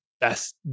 best